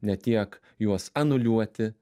ne tiek juos anuliuoti